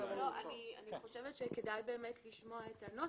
אני חושבת שכדאי לשמוע את הנוסח.